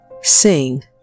Sing